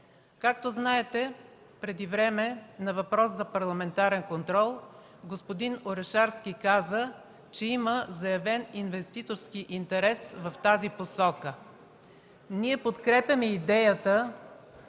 Както знаете, преди време на въпрос на парламентарен контрол господин Орешарски каза, че има заявен инвеститорски интерес в тази посока. Ние подкрепяме идеята